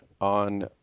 on